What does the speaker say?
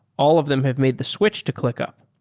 all of them have made the switch to clickup.